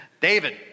David